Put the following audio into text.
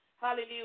Hallelujah